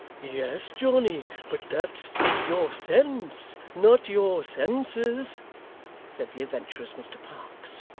yes, johnny, but that's your sense not your senses said the adventurous mr parkes.